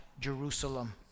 Jerusalem